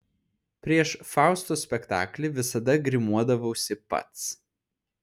prieš fausto spektaklį visada grimuodavausi pats